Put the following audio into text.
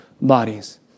bodies